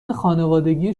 خانوادگی